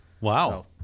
Wow